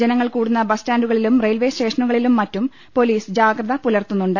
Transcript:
ജനങ്ങൾ കൂടുന്ന ബസ് സ്റ്റാന്റുകളിലും റെയിൽവെ സ്റ്റേഷനുക ളിലും മറ്റും പൊലീസ് ജാഗ്രത പുലർത്തുന്നുണ്ട്